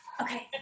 Okay